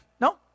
No